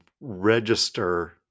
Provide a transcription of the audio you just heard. register